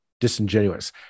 disingenuous